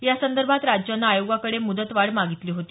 यासदभोत राज्यान आयोगाकडे मुदतवाढ मागितली होती